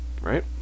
right